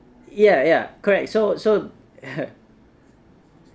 ya ya correct so so